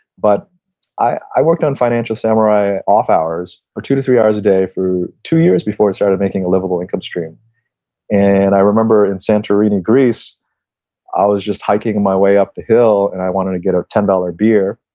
but i worked on financial samurai off hours, for two to three hours a day for two years before it started making a livable income stream and i remember in santorini, greece i was just hiking my way up the hill and i wanted to get a ten dollar beer,